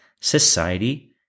society